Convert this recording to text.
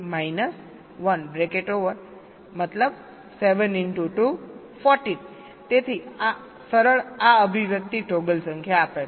તેથી તે છે 14 તેથી આ સરળ આ અભિવ્યક્તિ ટૉગલ સંખ્યા આપે છે